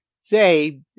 say